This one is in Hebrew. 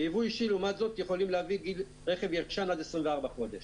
וביבוא אישי לעומת זאת יכולים להביא רכב ישן עד 24 חודשים.